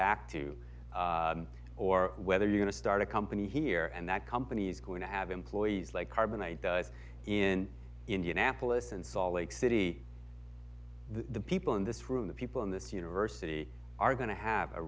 back to or whether you want to start a company here and that company's going to have employees like carbonite does in indianapolis and salt lake city the people in this room the people in this university are going to have